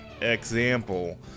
example